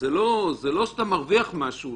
אז זה לא שאתה מרוויח משהו,